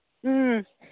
ꯎꯝ